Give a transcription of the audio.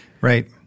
right